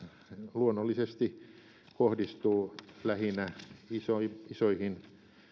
luonnollisesti kohdistuu lähinnä isoihin isoihin